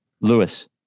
Lewis